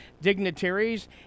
dignitaries